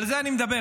על זה אני מדבר.